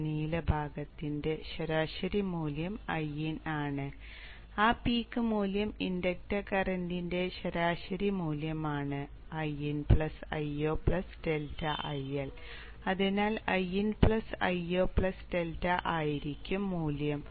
ഈ നീല ഭാഗത്തിന്റെ ശരാശരി മൂല്യം Iin ആണ് ആ പീക്ക് മൂല്യം ഇൻഡക്റ്റർ കറന്റിന്റെ ശരാശരി മൂല്യമാണ് Iin Io ∆ IL അതിനാൽ Iin Io ∆IL ആയിരിക്കും മൂല്യം